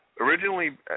Originally